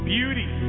Beauty